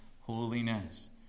holiness